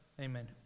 Amen